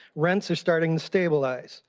rents are starting to stabilize.